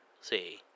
see